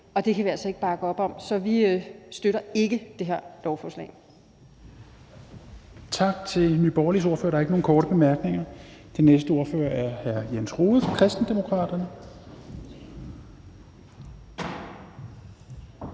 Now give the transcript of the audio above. og det kan vi altså ikke bakke op om. Så vi støtter ikke det her lovforslag.